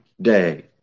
day